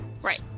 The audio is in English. Right